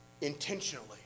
intentionally